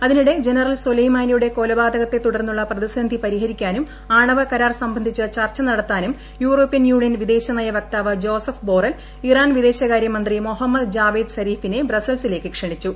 അതിനിടെ ജനറൽ സൊലൈമാനിയുടെ കൊലപാതകത്തെ തുടർന്നുള്ള പ്രതിസന്ധി പരിഹരിക്കാനും ആണവ കരാർ സംബന്ധിച്ച് ചർച്ച നടത്താനും യൂറോപ്യൻ യൂണിയൻ വിദേശ നയ വക്താവ്ട് ജോസഫ് ബോറൽ ഇറാൻ വിദേശകാരൃമന്ത്രി മൊഹമ്മദ് ജാവേദ് സ്ത്രീഫിനെ ബ്രസൽസ്സിലേക്ക് ക്ഷണിച്ചു